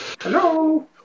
Hello